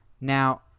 Now